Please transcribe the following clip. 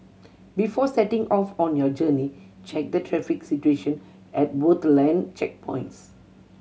before setting off on your journey check the traffic situation at both land checkpoints